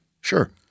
Sure